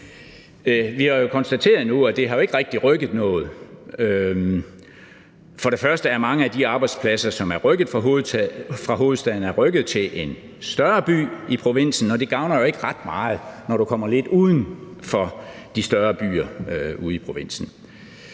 Vi har konstateret nu, at det ikke rigtig har rykket noget. Mange af de arbejdspladser, som er rykket fra hovedstaden, er rykket til en større by i provinsen, og det gavner jo ikke ret meget, når du kommer lidt uden for de større byer ude i provinsen.